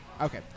Okay